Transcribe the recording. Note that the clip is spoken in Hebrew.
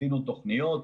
עשינו תכניות,